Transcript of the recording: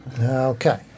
Okay